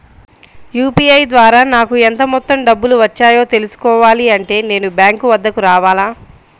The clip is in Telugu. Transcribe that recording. యూ.పీ.ఐ ద్వారా నాకు ఎంత మొత్తం డబ్బులు వచ్చాయో తెలుసుకోవాలి అంటే నేను బ్యాంక్ వద్దకు రావాలా?